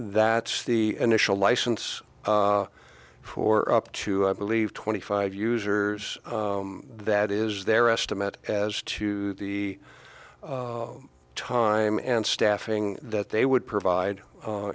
that the initial license for up to i believe twenty five users that is their estimate as to the time and staffing that they would provide